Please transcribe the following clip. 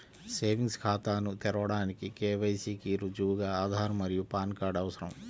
savings ఖాతాను తెరవడానికి KYC కి రుజువుగా ఆధార్ మరియు పాన్ కార్డ్ అవసరం